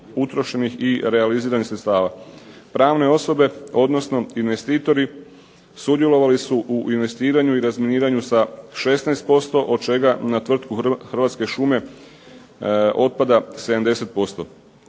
utrošenih i realiziranih sredstava. Pravne osobe odnosno investitori sudjelovali su u investiranju i razminiranju sa 16%, od čega na tvrtku Hrvatske šume otpada 70%.